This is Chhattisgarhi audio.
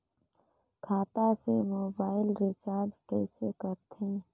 खाता से मोबाइल रिचार्ज कइसे करथे